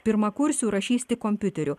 pirmakursių rašys tik kompiuteriu